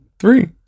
three